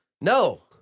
No